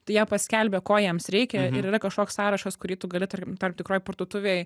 tai jie paskelbia ko jiems reikia ir yra kažkoks sąrašas kurį tu gali tarkim tam tikroj parduotuvėj